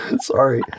Sorry